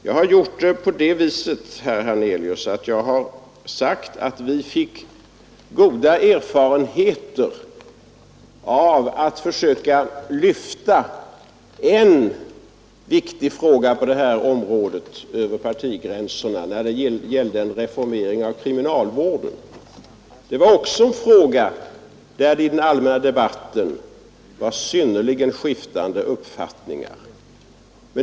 Jag s— ———— har gjort det, herr Hernelius, genom att säga att vi hade goda erfarenheter Åtgärder mot av att försöka lyfta en viktig fråga på detta område över partigränserna — brottsligheten det gällde reformeringen av kriminalvården. Det var också en fråga, där ESA det i den allmänna debatten rådde synnerligen skiftande uppfattningar.